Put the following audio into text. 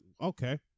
Okay